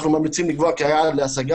אנחנו ממליצים לקבוע כי היעד להשגה